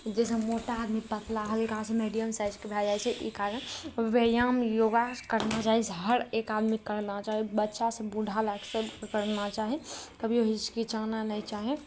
जाहिसँ मोटा आदमी पतला हल्कासँ मैडियम साइजके भए जाइ छै ई कारण व्यायाम योगा करना चाही हर एक आदमीके करना चाही बच्चासँ बूढ़ा लऽ कऽ सभ करना चाही कभियो हिचकिचाना नहि चाही